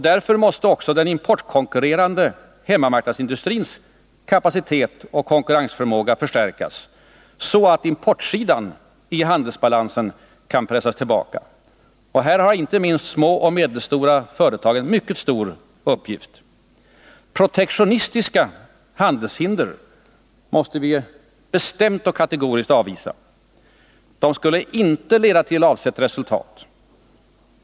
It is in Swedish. Därför måste också den importkonkurrerande hemmamarknadsindustrins kapacitet och konkurrensförmåga förstärkas, så att importsidan i handelsbalansen kan pressas tillbaka. Och här har inte minst små och medelstora företag en mycket stor uppgift. Protektionistiska handelshinder måste vi bestämt och kategoriskt avvisa. De skulle inte leda till avsett resultat.